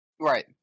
right